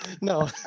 No